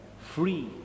free